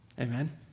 Amen